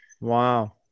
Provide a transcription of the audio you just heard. Wow